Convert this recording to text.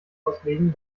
auslegen